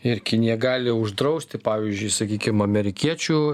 ir kinija gali uždrausti pavyzdžiui sakykim amerikiečių